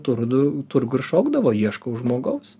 turdų turgų ir šokdavo ieškau žmogaus